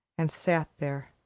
and sat there,